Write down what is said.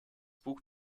buch